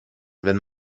wenn